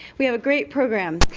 we have a great program.